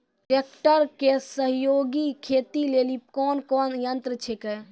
Tractor के सहयोगी खेती लेली कोन कोन यंत्र छेकै?